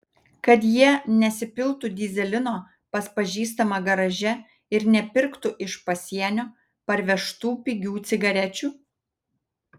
kad jie nesipiltų dyzelino pas pažįstamą garaže ir nepirktų iš pasienio parvežtų pigių cigarečių